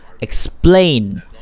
explain